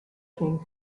came